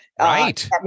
Right